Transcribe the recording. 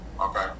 Okay